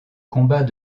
combats